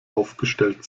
aufgestellt